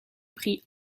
prix